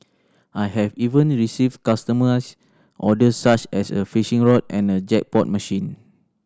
I have even received customised orders such as a fishing rod and a jackpot machine